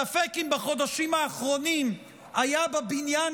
ספק אם בחודשים האחרונים היה בבניין